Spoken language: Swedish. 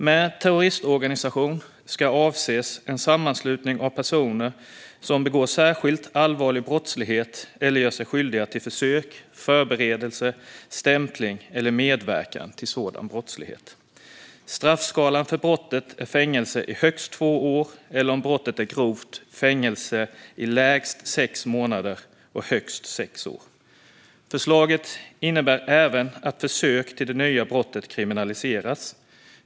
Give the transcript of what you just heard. Med terroristorganisation ska avses en sammanslutning av personer som begår särskilt allvarlig brottslighet eller gör sig skyldiga till försök, förberedelse, stämpling eller medverkan till sådan brottslighet." Straffskalan för brottet ska vara "fängelse i högst två år eller, om brottet är grovt, fängelse i lägst sex månader och högst sex år". Förslaget innebär även att försök till det nya brottet kriminaliseras.